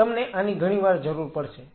તમને આની ઘણી વાર જરૂર પડશે